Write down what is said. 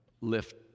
lift